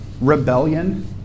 rebellion